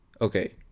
Okay